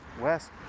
west